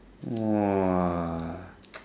!wah!